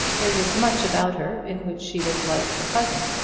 there was much about her in which she was like her cousin,